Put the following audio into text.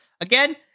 again